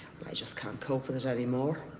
but i just can't cope with it ah anymore.